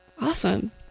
Awesome